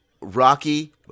Rocky